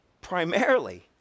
primarily